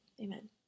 amen